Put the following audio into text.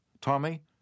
Tommy